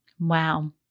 Wow